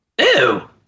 ew